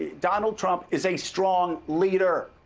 donald trump is a strong leader.